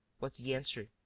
was the answer,